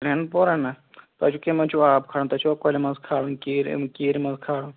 ترٛیٚن پوٚرَن نا تۄہہِ چھُو کمہِ مَنٛز چھُو آب کھارُن تۄہہِ چھُوا کۄلہِ مَنٛز کھارُن کیٖرِ کیٖرِ مَنٛز کھارُن